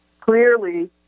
clearly